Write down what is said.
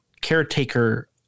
caretaker